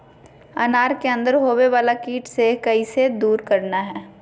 अनार के अंदर होवे वाला कीट के कैसे दूर करना है?